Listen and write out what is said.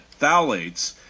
phthalates